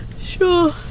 Sure